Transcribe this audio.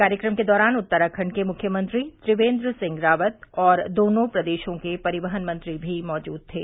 कार्यक्रम के दौरान उत्तराखंड के मुख्यमंत्री त्रिवेन्द सिंह रावत और दोनों प्रदेशों के परिवहन मंत्री भी मौजूद थे